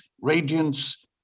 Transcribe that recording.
radiance